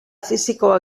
fisikoa